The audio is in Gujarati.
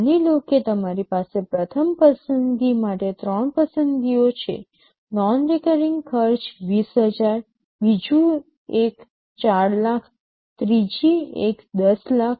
માની લો કે તમારી પાસે પ્રથમ પસંદગી માટે ત્રણ પસંદગીઓ છે નોન રિકરિંગ ખર્ચ ૨0000 બીજું એક ૪ લાખ ત્રીજી એક ૧0 લાખ